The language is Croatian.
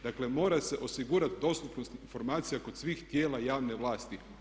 Dakle, mora se osigurati dostupnost informacija kod svih tijela javne vlasti.